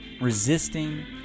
resisting